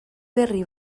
berri